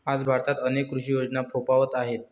आज भारतात अनेक कृषी योजना फोफावत आहेत